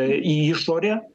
į išorę